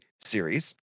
series